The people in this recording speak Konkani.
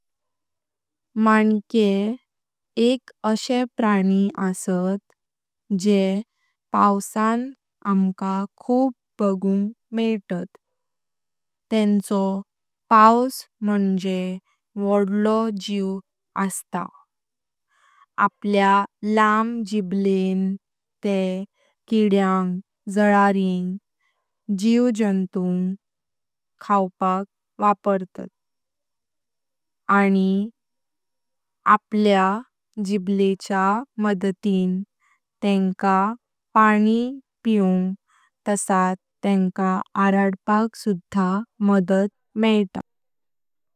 मांके एक असे प्राणी अस्तात जे पावसां खूप बघुंग मेइतात। तेंचो पावस मुंजे वडलो जीव असता। आपल्या लांब जिबलें ते किद्यांग, जीव जांतूंग खाउपाक वापरतात आनी आपल्या जिबलेच्या मदतिन तेंका पाणी पिवंग तासात तेंका आरडपाग सुदा मदत मेईता।